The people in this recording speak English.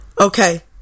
Okay